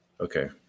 Okay